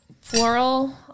floral